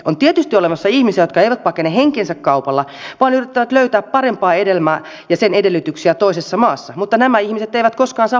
on tietysti olemassa ihmisiä jotka eivät pakene henkensä kaupalla vaan yrittävät löytää parempaa elämää ja sen edellytyksiä toisessa maassa mutta nämä ihmiset eivät koskaan saa pakolaisstatusta